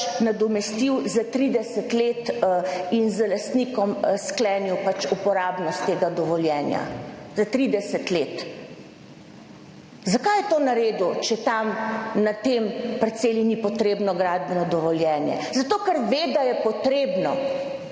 nadomestil s 30 let in z lastnikom sklenil uporabnost tega dovoljenja za 30 let. Zakaj je to naredil, če tam na tej parceli ni potrebno gradbeno dovoljenje? Zato, ker ve da je potrebno,